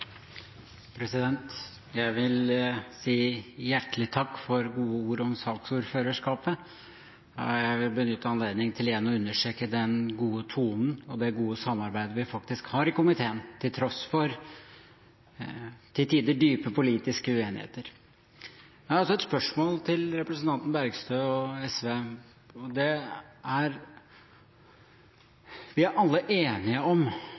replikkordskifte. Jeg vil si hjertelig takk for gode ord om sakordførerskapet, og jeg vil benytte anledningen til igjen å understreke den gode tonen og det gode samarbeidet vi faktisk har i komiteen til tross for til tider dype politiske uenigheter. Jeg har et spørsmål til representanten Bergstø og SV. Vi er alle enige om